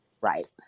Right